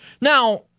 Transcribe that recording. Now